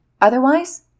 Otherwise